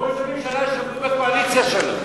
ראש הממשלה שבוי בקואליציה שלו.